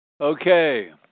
Okay